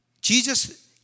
Jesus